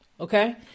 Okay